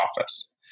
office